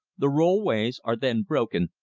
the rollways are then broken,